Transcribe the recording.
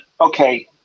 Okay